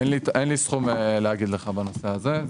אין לי סכום להגיד לך בנושא הזה.